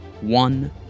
one